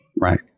Right